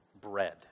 bread